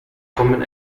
common